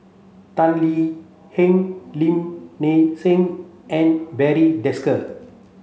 Tan Lee Leng Lim Nang Seng and Barry Desker